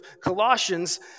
Colossians